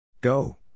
Go